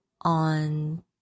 on